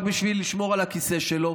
רק בשביל לשמור על הכיסא שלו.